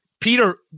Peter